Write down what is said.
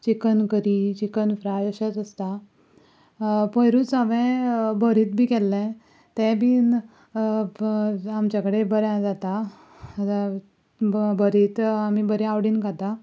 chicken curry chicken fry अशेंच आसता पयरूच हांवें भरीत बी केल्लें तें बी आमचे कडेन बरें जाता भ भरीत आमी बरें आवडीन खाता